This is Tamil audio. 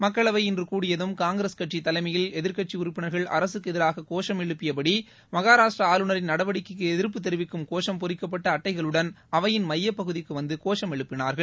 மக்களவை இன்று கூடியதும் காங்கிரஸ் கட்சி தலைமயில் எதிர்க்கட்சி உறுப்பினர்கள் அரசுக்கு எதிராக கோஷம் எழுப்பியபடி மகாராஷ்ட்ர ஆளுநரின் நடவடிக்கைக்கு எதிர்ப்பு தெரிவிக்கும் கோஷம் பொறிக்கப்பட்ட அட்டைகளுடன் அவையின் மையப்பகுதிக்கு வந்து கோஷம் எழுப்பினார்கள்